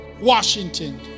Washington